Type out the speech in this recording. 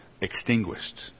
extinguished